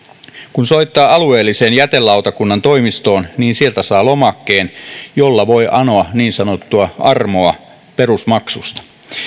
kun soittaa alueellisen jätelautakunnan toimistoon niin sieltä saa lomakkeen jolla voi anoa niin sanottua armoa perusmaksusta